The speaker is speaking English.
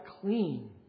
clean